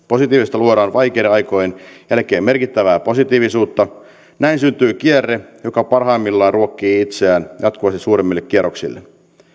positiivisesta luodaan vaikeiden aikojen jälkeen merkittävää positiivisuutta näin syntyy kierre joka parhaimmillaan ruokkii itseään jatkuvasti suuremmille kierroksille